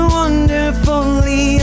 wonderfully